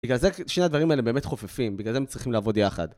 בגלל זה שני הדברים האלה באמת חופפים, בגלל זה הם צריכים לעבוד יחד.